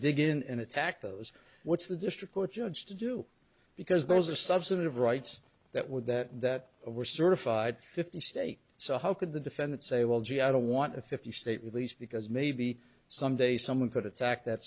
dig in and attack those what's the district court judge to do because those are substantive rights that would that were certified fifty state so how could the defendant say well gee i don't want a fifty state lease because maybe someday someone could attack that